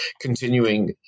continuing